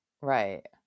right